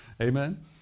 Amen